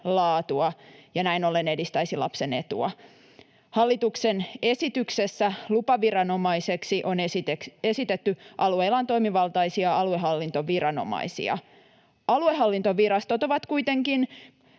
laatua ja näin ollen edistäisi lapsen etua. Hallituksen esityksessä lupaviranomaisesta on esitetty, että alueella on toimivaltaisia aluehallintoviranomaisia. Aluehallintovirastot ovat kuitenkin